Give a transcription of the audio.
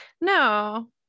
No